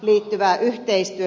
liittyvä yhteistyö